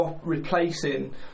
replacing